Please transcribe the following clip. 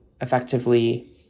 effectively